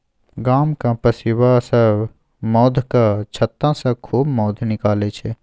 गामक पसीबा सब मौधक छत्तासँ खूब मौध निकालै छै